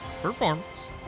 Performance